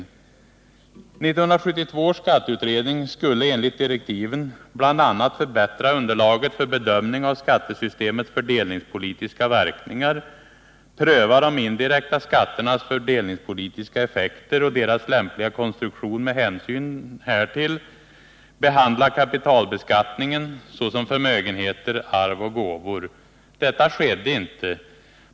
1972 års skatteutredning skulle enligt direktiven bl.a. förbättra underlaget för bedömning av skattesystemets fördelningspolitiska verkningar, pröva de indirekta skatternas fördelningspolitiska effekter och deras lämpliga konstruktion med hänsyn härtill, behandla kapitalbeskattningen, såsom av förmögenheter, arv och gåvor. Detta skedde inte.